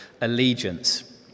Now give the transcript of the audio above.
allegiance